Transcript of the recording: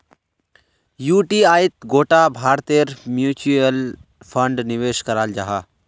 युटीआईत गोटा भारतेर म्यूच्यूअल फण्ड निवेश कराल जाहा